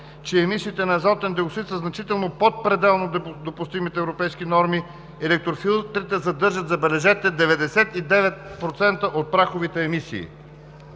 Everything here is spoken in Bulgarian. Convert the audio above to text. че емисиите на азотен диоксид са значително под пределно допустимите европейски норми. Електрофилтрите задържат, забележете, 99% от праховите емисии.